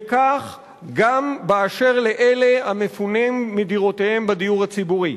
וכך גם באשר לאלה המפונים מדירותיהם בדיור הציבורי.